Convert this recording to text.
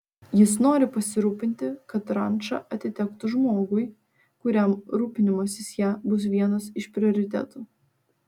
jis nori pasirūpinti kad ranča atitektų žmogui kuriam rūpinimasis ja bus vienas iš prioritetų